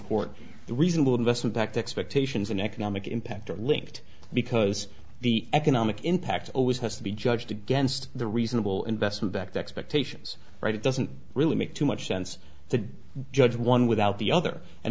the reasonable investment back to expectations in economic impact are linked because the economic impact always has to be judged against the reasonable investment act expectations right it doesn't really make too much sense to judge one without the other and